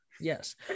yes